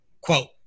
quote